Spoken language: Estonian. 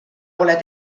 pole